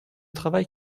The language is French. travail